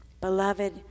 Beloved